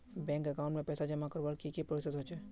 Bank account में पैसा जमा करवार की की प्रोसेस होचे?